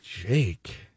Jake